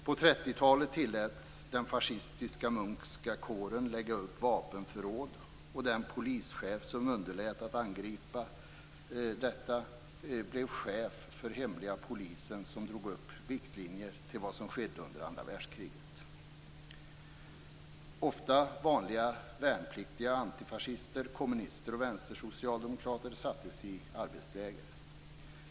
På 30-talet tilläts den fascistiska Munckska kåren lägga upp vapenförråd, och den polischef som underlät att angripa detta blev chef för hemliga polisen som drog upp riktlinjer för det som skedde under andra världskriget. Vanliga värnpliktiga, antifascister, kommunister och vänstersocialdemokrater sattes i arbetsläger.